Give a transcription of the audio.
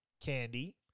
candy